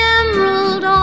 emerald